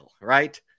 Right